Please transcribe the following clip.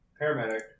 paramedic